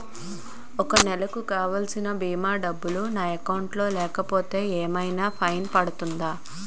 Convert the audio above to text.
ఒక నెలకు కావాల్సిన భీమా డబ్బులు నా అకౌంట్ లో లేకపోతే ఏమైనా ఫైన్ పడుతుందా?